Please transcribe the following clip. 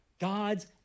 God's